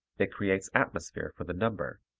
it creates atmosphere for the number.